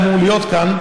שהיה אמור להיות כאן,